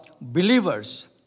believers